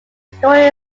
story